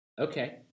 Okay